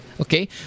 okay